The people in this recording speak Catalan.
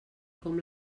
com